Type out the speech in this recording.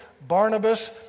Barnabas